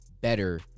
better